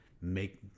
make